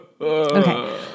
Okay